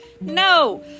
No